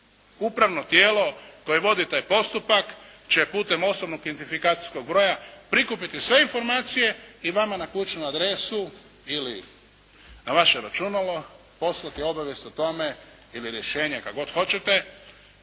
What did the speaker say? Upravno tijelo koje vodi taj postupak će putem osobnog identifikacijskog broja prikupiti sve informacije i vama na kućnu adresu ili na vaše računalo poslati obavijesti o tome ili rješenje, kako god hoćete,